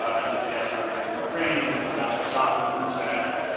and he said, yes, i'm here in ukraine. and then ambassador sondland and said,